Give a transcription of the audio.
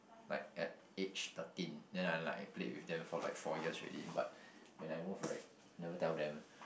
like at age thirteen then I like played with them for like four years already but when I move right never tell them eh